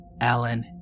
Alan